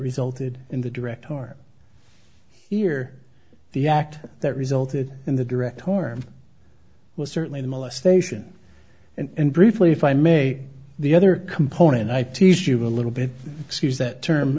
resulted in the direct harm here the act that resulted in the direct harm was certainly the molestation and briefly if i may the other component i teach you a little bit excuse that term